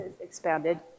expanded